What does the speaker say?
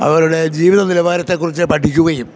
അവരുടെ ജീവിതനിലവാരത്തെക്കുറിച്ച് പഠിക്കുകയും